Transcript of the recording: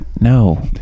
no